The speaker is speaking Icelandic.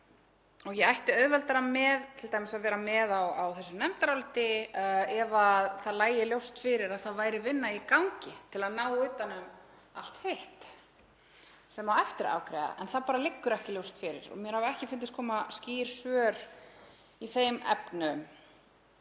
Ég ætti auðveldara með að vera með á þessu nefndaráliti ef það lægi t.d. ljóst fyrir að það væri vinna í gangi til að ná utan um allt hitt sem á eftir að afgreiða, en það bara liggur ekki ljóst fyrir og mér hafa ekki fundist koma skýr svör í þeim efnum